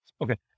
Okay